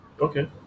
Okay